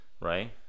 right